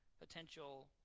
potential